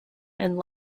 and